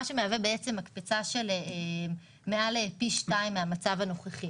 מה שמהווה מקפצה של מעל לפי 2 מהמצב הנוכחי